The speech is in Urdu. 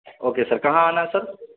اوکے سر کہاں آنا ہے سر